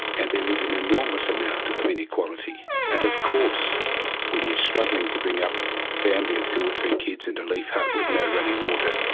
and there is an enormous amount of inequality. and of course when you are struggling to bring up a family of two or three kids in a leaf hut with no running water,